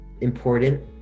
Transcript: important